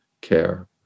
care